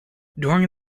during